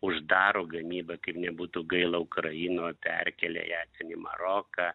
uždaro gamybą kaip nebūtų gaila ukrainoj perkelia ją į maroką